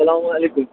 سلامُ علیکُم